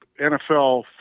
NFL